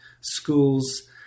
schools